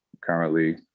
currently